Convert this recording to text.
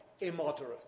immoderate